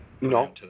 No